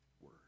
word